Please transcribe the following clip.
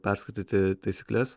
perskaityti taisykles